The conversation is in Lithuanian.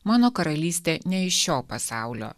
mano karalystė ne iš šio pasaulio